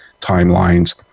timelines